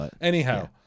Anyhow